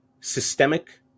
systemic